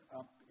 up